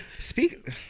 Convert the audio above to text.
Speak